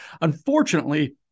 Unfortunately